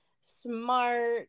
smart